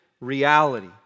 reality